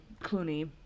Clooney